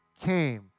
came